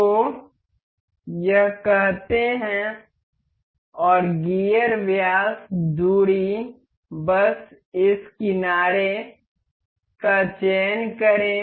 तो यह कहते हैं और गियर व्यास दूरी बस इस किनारे का चयन करें